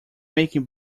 making